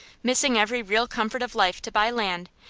missing every real comfort of life to buy land,